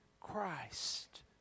Christ